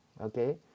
okay